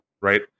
right